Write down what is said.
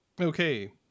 Okay